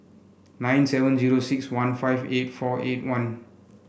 nine seven zero six one five eight four eight one